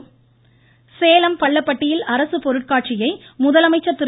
முதலமைச்சர் சேலம் பள்ளப்பட்டியில் அரசுப்பொருட்காட்சியை முதலமைச்சர் திரு